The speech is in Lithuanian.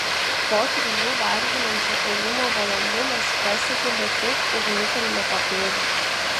po trijų varginančio ėjimo valandų mes pasiekėme tik ugnikalnio papėdę